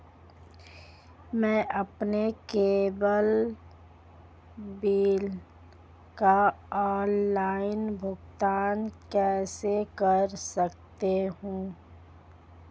मैं अपने cable bill का ऑनलाइन भुगतान कैसे कर सकता हूं?